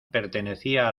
pertenecía